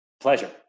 pleasure